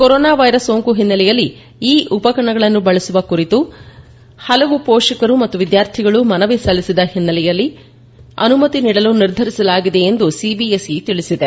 corona virus ಸೋಂಕು ಹಿನ್ನೆಲೆಯಲ್ಲಿ ಈ ಉಪಕರಣಗಳನ್ನು ಬಳಸುವ ಕುರಿತು ಹಲವು ಪೋಷಕರು ಮತ್ತು ವಿದ್ಯಾರ್ಥಿಗಳು ಮನವಿ ಸಲ್ಲಿಸಿದ ಹಿನ್ನೆಲೆಯಲ್ಲಿ ಅನುಮತಿ ನೀಡಲು ನಿರ್ಧರಿಸಲಾಗಿದೆ ಎಂದು ಸಿಬಿಎಸ್ಇ ತಿಳಿಸಿದೆ